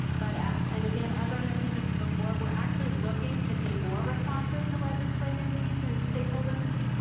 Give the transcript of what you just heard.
but ah and again as i mentioned ah before we are actually looking to be more responsive to legislative needs and stakeholder needs.